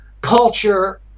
culture